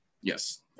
Yes